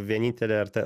vienintelė ar ta